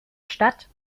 statt